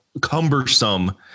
cumbersome